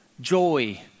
joy